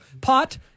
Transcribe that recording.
pot